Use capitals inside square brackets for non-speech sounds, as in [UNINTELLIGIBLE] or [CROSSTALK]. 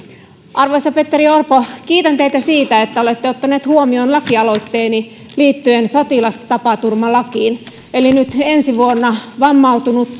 arvoisa petteri orpo kiitän teitä siitä että olette ottaneet huomioon lakialoitteeni liittyen sotilastapaturmalakiin eli nyt ensi vuonna vammautunut [UNINTELLIGIBLE]